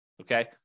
okay